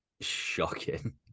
shocking